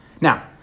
Now